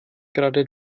gerade